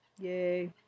yay